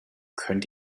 könnt